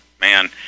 Man